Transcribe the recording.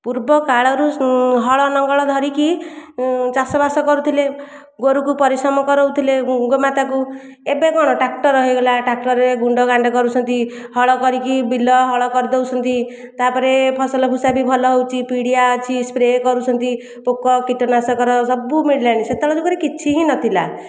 ପୂର୍ବକାଳରୁ ହଳ ଲଙ୍ଗଳ ଧରିକି ଚାଷବାସ କରୁଥିଲେ ଗୋରୁକୁ ପରିଶ୍ରମ କରାଉଥିଲେ ଗୋମାତାକୁ ଏବେ କ'ଣ ଟ୍ରାକ୍ଟର ହୋଇଗଲା ଟ୍ରାକ୍ଟରରେ ଗୁଣ୍ଡ ଗାଣ୍ଡ କରୁଛନ୍ତି ହଳ କରିକି ବିଲ ହଳ କରିଦେଉଛନ୍ତି ତା'ପରେ ଫସଲ ଭୁଷା ବି ଭଲ ହେଉଛି ପିଡ଼ିଆ ଅଛି ସ୍ପ୍ରେ କରୁଛନ୍ତି ପୋକ କୀଟନାଶକର ସବୁ ମିଳିଲାଣି ସେତେବେଳେ ତ କିଛି ହିଁ ନଥିଲା